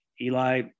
Eli